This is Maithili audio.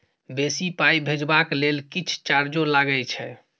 बेसी पाई भेजबाक लेल किछ चार्जो लागे छै?